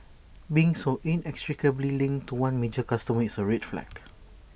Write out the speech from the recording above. being so inextricably linked to one major customer is A red flag